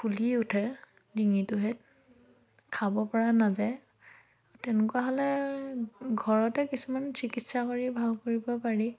ফুলি উঠে ডিঙিটোহেঁত খাবপৰা নাযায় তেনেকুৱা হ'লে ঘৰতে কিছুমান চিকিৎসা কৰি ভাল কৰিব পাৰি